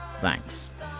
Thanks